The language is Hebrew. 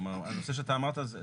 הנושא שאתה אמרת,